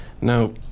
Now